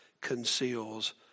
conceals